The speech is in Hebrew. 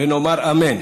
ונאמר אמן".